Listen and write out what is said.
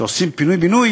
כשעושים פינוי-בינוי,